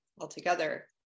altogether